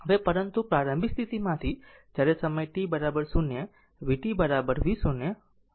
હવે પરંતુ પ્રારંભિક સ્થિતિમાંથી જ્યારે સમય t 0 vt v0 v પ્રત્યય 0